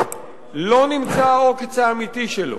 לא נמצא העוקץ האמיתי שלו.